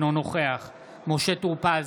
אינו נוכח משה טור פז,